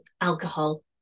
alcohol